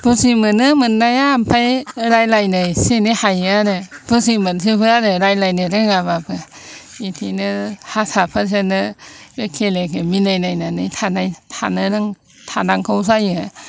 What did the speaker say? बुजि मोनो मोननाया ओमफाय रायज्लायनो एसे एनै हायो आरो बुजि मोनजोबो आरो रायज्लायनो रोङाबाबो बिदिनो हारसाफोजोनो एकेलगे मिलायनानै थानांगौ जायो